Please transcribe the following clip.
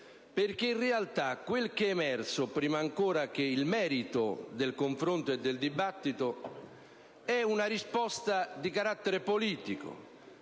oggi. In realtà, quello che è emerso, prima ancora del merito del confronto e del dibattito, è una risposta di carattere politico: